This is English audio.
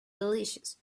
delicious